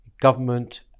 government